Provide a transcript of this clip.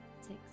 six